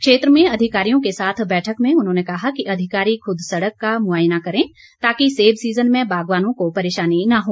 क्षेत्र में अधिकारियों के साथ बैठक में उन्होंने कहा कि अधिकारी खुद सड़क का मुआयना करें ताकि सेब सीज़न में बागवानों को परेशानी न हो